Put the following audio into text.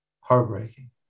heartbreaking